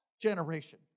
generation